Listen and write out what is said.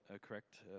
correct